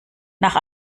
nach